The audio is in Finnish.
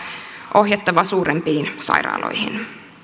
ohjattava suurempiin sairaaloihin